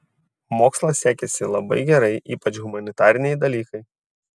mokslas sekėsi labai gerai ypač humanitariniai dalykai